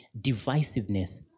divisiveness